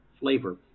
flavor